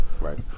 Right